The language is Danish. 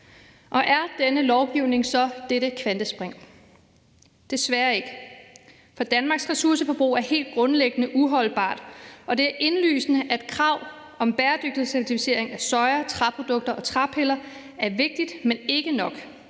Er denne lovgivning så dette kvantespring? Desværre ikke, for Danmarks ressourceforbrug er helt grundlæggende uholdbart, og det er indlysende, at krav om bæredygtighedscertificering af soja, træprodukter og træpiller er vigtigt, men ikke nok.